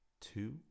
two